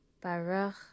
baruch